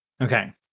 Okay